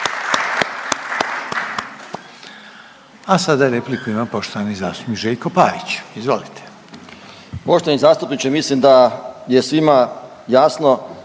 A sada repliku ima poštovani zastupnik Željko Pavić, izvolite.